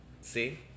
See